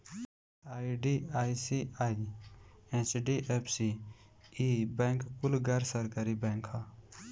ICICI, HDFC, ई bank कुल गैर सरकारी बैंक ह